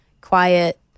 quiet